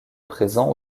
présent